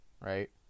Right